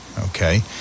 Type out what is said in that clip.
okay